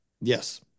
Yes